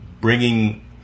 bringing